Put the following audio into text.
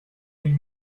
une